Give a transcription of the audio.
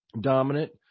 dominant